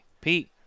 pete